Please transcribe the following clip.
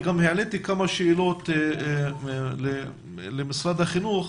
אני גם העליתי כמה שאלות למשרד החינוך.